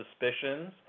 suspicions